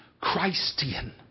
Christian